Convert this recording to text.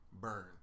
burn